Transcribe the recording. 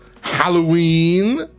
Halloween